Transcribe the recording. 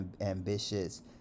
ambitious